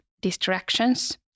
distractions